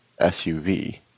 SUV